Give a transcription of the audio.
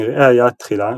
נראה היה תחילה,